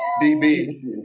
DB